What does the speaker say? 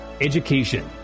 education